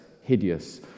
hideous